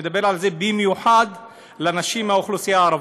אני מדבר על זה במיוחד לנשים מהאוכלוסייה הערבית.